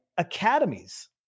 Academies